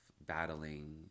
battling